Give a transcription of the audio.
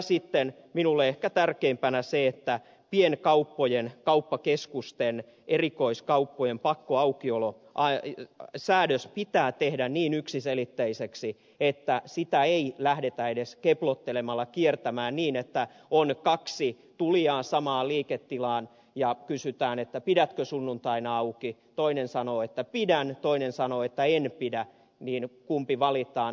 sitten minulle ehkä tärkeimpänä on se että pienkauppojen kauppakeskusten erikoiskauppojen pakkoaukiolosäädös pitää tehdä niin yksiselitteiseksi että sitä ei lähdetä edes keplottelemalla kiertämään niin että kun on kaksi tulijaa samaan liiketilaan heiltä kysytään pidätkö sunnuntaina auki ja kun toinen sanoo että pidän ja toinen sanoo että en pidä niin kumpi valitaan